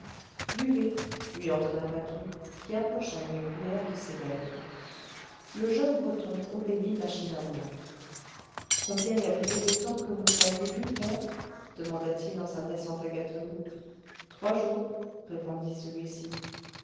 buvez lui ordonna patou qui approcha une cuiller de ses lèvres le jeune breton obéit machinalement combien y avait-il de temps que vous ne m'aviez vu père demanda-t-il en s'adressant à gâteloup trois jours répondit celui-ci